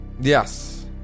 Yes